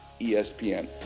ESPN